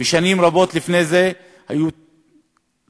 ושנים רבות לפני זה היו ניצבים,